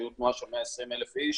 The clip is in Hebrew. הייתה תנועה של 120,000 איש.